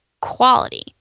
quality